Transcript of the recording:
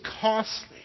costly